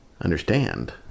understand